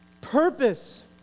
purpose